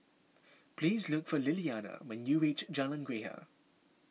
please look for Lilianna when you reach Jalan Greja